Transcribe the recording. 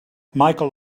michael